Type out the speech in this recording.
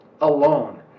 alone